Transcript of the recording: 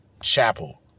Chapel